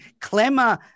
Clemmer